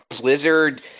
Blizzard